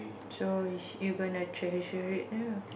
so is you gonna treasure it ya